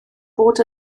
bod